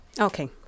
Okay